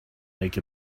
make